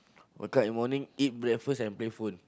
wake up in morning eat breakfast and play phone